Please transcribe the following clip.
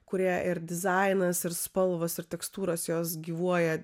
kurie ir dizainas ir spalvos ir tekstūros jos gyvuoja